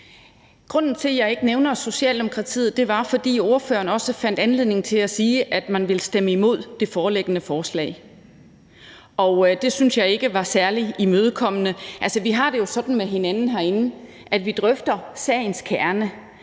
Grunden til, at jeg ikke nævnte Socialdemokratiet, var, at ordføreren også fandt anledning til at sige, at man ville stemme imod det foreliggende forslag, og det syntes jeg ikke var særlig imødekommende. Altså, vi har det jo sådan med hinanden herinde, at vi drøfter sagens kerne,